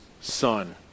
son